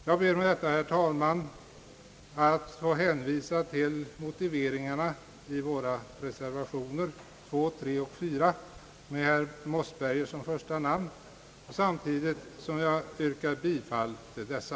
Jag ber, herr talman, att med detta få hänvisa till motiveringarna i våra reservationer nr 2, 3 och 4 med herr Mossberger som första namn, samtidigt som jag yrkar bifall till dessa.